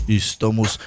estamos